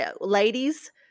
ladies